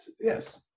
yes